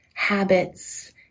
habits